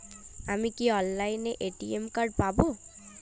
আমি কি অনলাইনে এ.টি.এম কার্ড পাব?